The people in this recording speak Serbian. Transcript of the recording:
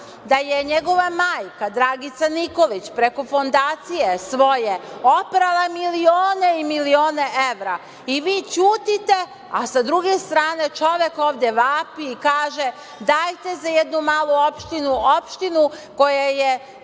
da je njegova majka, Dragica Nikolić, preko fondacije svoje oprala milione i milione evra. Vi ćutite, a sa druge strane čovek ovde vapi i kaže - dajte za jednu malu opštinu, opštinu koja je